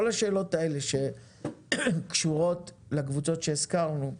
כל השאלות האלה שקשורות לקבוצות שהזכרנו,